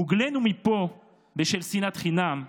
הוגלינו מפה בשל שנאת חינם,